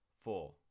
four